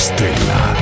Stella